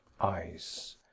eyes